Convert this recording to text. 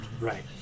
Right